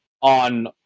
on